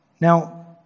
Now